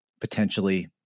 potentially